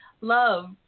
love